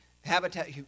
Habitat